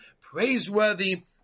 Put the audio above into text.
Praiseworthy